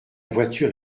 voiture